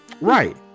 Right